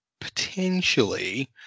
potentially